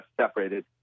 separated